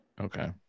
okay